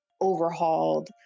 overhauled